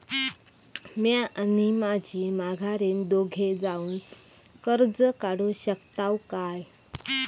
म्या आणि माझी माघारीन दोघे जावून कर्ज काढू शकताव काय?